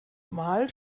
mal